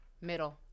Middle